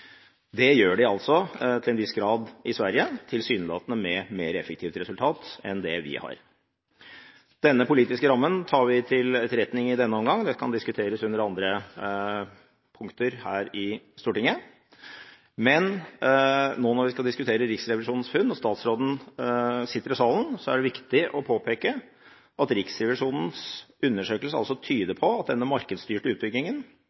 gjør de til en viss grad i Sverige, tilsynelatende med mer effektivt resultat enn det vi har. Denne politiske rammen tar vi i denne omgang til etterretning – dette kan diskuteres under andre punkter her i Stortinget. Når vi nå skal diskutere Riksrevisjonens funn og statsråden sitter i salen, er det viktig å påpeke at Riksrevisjonens undersøkelse tyder på at den markedsstyrte utbyggingen